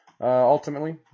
ultimately